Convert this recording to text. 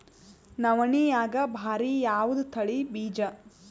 ನವಣಿಯಾಗ ಭಾರಿ ಯಾವದ ತಳಿ ಬೀಜ?